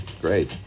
Great